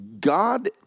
God